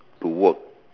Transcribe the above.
to work